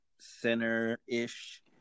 center-ish